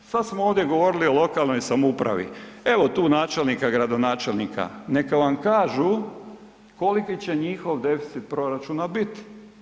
Sad smo ovdje govorili o lokalnoj samoupravi, evo tu načelnika i gradonačelnika, neka vam kažu koliki će njihov deficit proračuna biti.